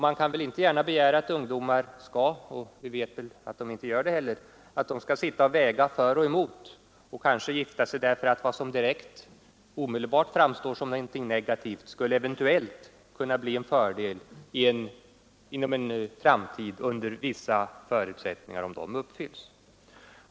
Man kan inte gärna begära att ungdomar skall — och vi vet att de inte gör det heller — sitta och väga för och emot och kanske gifta sig därför att vad som direkt och omedelbart framstår som någonting negativt eventuellt skulle kunna bli en fördel i framtiden, om vissa förutsättningar uppfylls.